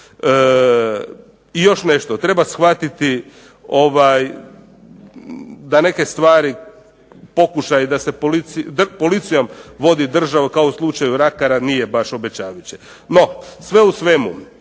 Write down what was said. I još nešto, treba shvatiti da neke stvari, pokušaji da se policijom vodi država kao u slučaju Rakara nije baš obećavajuće. No sve u svemu